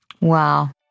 Wow